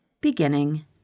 beginning